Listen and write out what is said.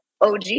OG